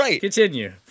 continue